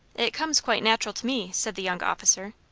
it comes quite natural to me, said the young officer.